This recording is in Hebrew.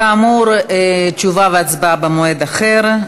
כאמור, תשובה והצבעה במועד אחר.